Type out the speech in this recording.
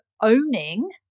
owning